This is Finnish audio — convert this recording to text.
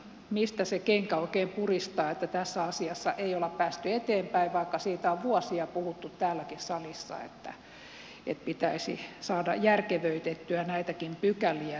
mistä se kenkä oikein puristaa että tässä asiassa ei olla päästy eteenpäin vaikka siitä on vuosia puhuttu täälläkin salissa että pitäisi saada järkevöitettyä näitäkin pykäliä